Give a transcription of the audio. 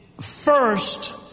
first